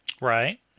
Right